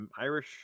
Irish